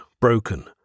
broken